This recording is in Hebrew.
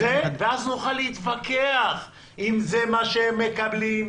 ואז נוכל להתווכח אם זה מה שהם מקבלים,